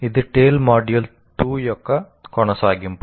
ఇది TALE module 2 యొక్క కొనసాగింపు